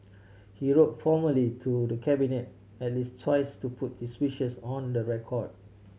he wrote formally to the Cabinet at least twice to put his wishes on the record